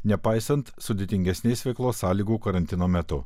nepaisant sudėtingesnės veiklos sąlygų karantino metu